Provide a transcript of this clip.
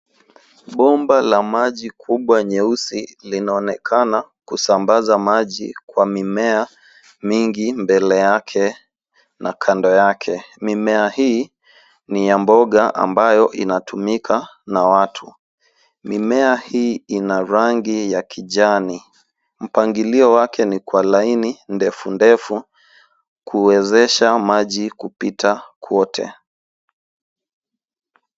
Bomba la maji kubwa nyeusi linaonekana kusambaza maji kwa mimea mingi mbele yake na kando yake. Mimea hii ni ya mboga inayotumika na watu. Mimea hii ina rangi ya kijani. Mpangilwake ni kwa laini ndefundefu kuwezesha maji kupita kwote.